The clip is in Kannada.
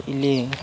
ಇಲ್ಲಿ